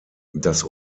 das